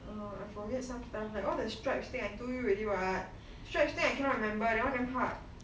err I forget sometimes like all the stripes thing I told you already stripes thing I cannot remember that one damn hard